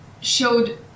showed